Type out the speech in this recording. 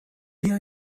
بیا